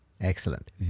Excellent